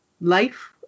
life